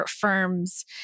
firms